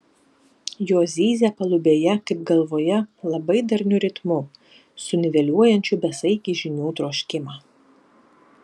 jos zyzia palubėje kaip galvoje labai darniu ritmu suniveliuojančiu besaikį žinių troškimą